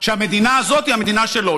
שהמדינה הזאת היא המדינה שלו,